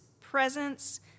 presence